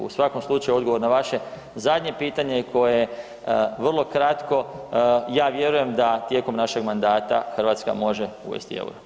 U svakom slučaju odgovor na vaše zadnje pitanje koje je vrlo kratko, ja vjerujem da tijekom našeg mandata Hrvatska može uvesti EUR-o.